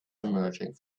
emerging